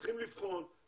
צריכים לבחון,